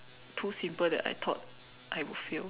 too simple that I thought I would fail